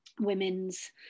women's